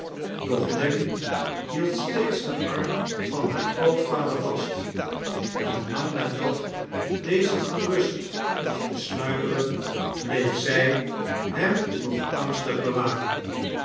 doch nelly hield steeds den arm van haar grootvader vast en lang nadat deze gerust lag te sluimeren bleef zij hem nog angstig bewaken